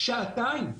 שעתיים.